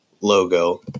logo